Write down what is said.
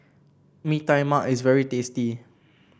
Mee Tai Mak is very tasty